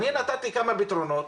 אני נתתי כמה פתרונות.